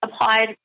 applied